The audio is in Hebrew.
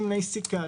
שמני סיכה,